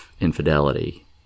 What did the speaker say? infidelity